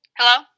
Hello